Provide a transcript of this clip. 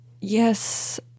yes